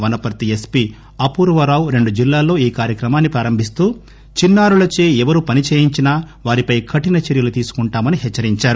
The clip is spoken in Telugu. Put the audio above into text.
వనపర్తి ఎస్పి అపూర్వారావు రెండు జిల్లాల్లో ఈ కార్యక్రమాన్ని ప్రారంభిస్తూ చిన్నా రులచే ఎవరు పనిచేయించినా వారిపై కఠిన చర్యలు తీసుకుంటామని హెచ్చరించారు